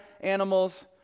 animals